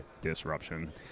disruption